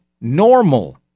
normal